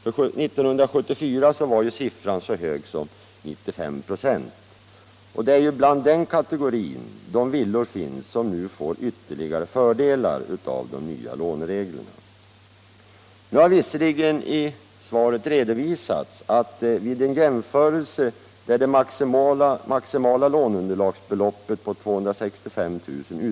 För 1974 var den siffran så hög som 95 ".. Och det är bland den kategorin de villor finns som får ytterligare fördelar genom de nya lånereglerna. Nu har visserligen i svaret redovisats att vid en jämförelse där det maximala låneunderlagsbeloppet på 265 000 kr.